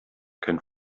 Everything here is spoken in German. kein